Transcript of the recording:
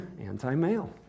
anti-male